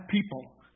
people